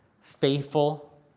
faithful